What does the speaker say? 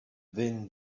been